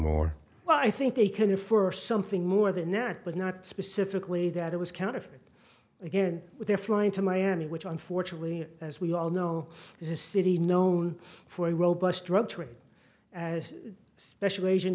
well i think they can do for something more than that but not specifically that it was counterfeit again they're flying to miami which unfortunately as we all know is a city known for a robust drug trade as special a